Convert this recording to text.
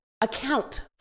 account